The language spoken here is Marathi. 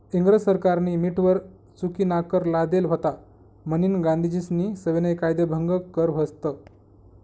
इंग्रज सरकारनी मीठवर चुकीनाकर लादेल व्हता म्हनीन गांधीजीस्नी सविनय कायदेभंग कर व्हत